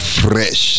fresh